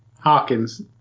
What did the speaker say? Hawkins